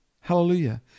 Hallelujah